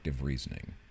reasoning